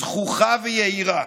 זחוחה ויהירה.